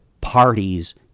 parties